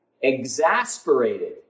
exasperated